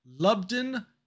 Lubden